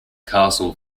castle